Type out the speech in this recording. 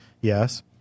Yes